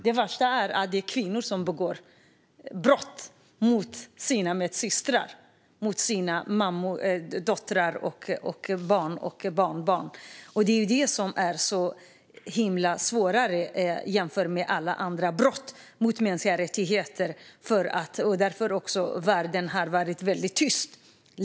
Det värsta är att det är kvinnor som gör detta mot sina medsystrar, mot sina döttrar och barnbarn. Det gör det svårare än alla andra brott mot mänskliga rättigheter, och därför har världen länge varit tyst.